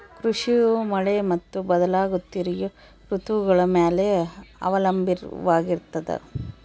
ಕೃಷಿಯು ಮಳೆ ಮತ್ತು ಬದಲಾಗುತ್ತಿರೋ ಋತುಗಳ ಮ್ಯಾಲೆ ಅವಲಂಬಿತವಾಗಿರ್ತದ